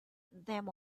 them